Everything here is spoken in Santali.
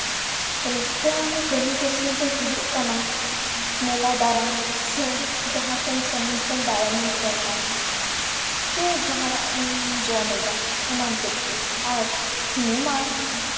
ᱨᱟᱹᱥᱠᱟᱹᱣᱟᱱᱟᱜ ᱠᱟᱹᱢᱤ ᱠᱟᱹᱥᱱᱤ ᱫᱚ ᱦᱩᱭᱩᱜ ᱠᱟᱱᱟ ᱢᱮᱞᱟ ᱫᱟᱬᱟᱱ ᱥᱮ ᱡᱟᱦᱟᱸ ᱥᱮᱱ ᱥᱟᱺᱜᱤᱧ ᱥᱮᱱ ᱫᱟᱬᱟᱱᱤᱧ ᱥᱮᱱ ᱮᱱᱟ ᱥᱮ ᱡᱟᱦᱟᱱᱟᱜ ᱤᱧ ᱡᱚᱢᱮᱫᱟ ᱮᱢᱟᱱ ᱛᱮᱫ ᱠᱚ ᱟᱨ ᱥᱤᱱᱮᱢᱟ